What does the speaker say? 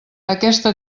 aquesta